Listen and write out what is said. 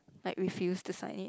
like refuse to sign it